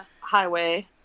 highway